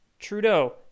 Trudeau